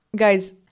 Guys